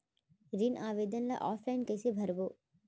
ऋण आवेदन ल ऑफलाइन कइसे भरबो?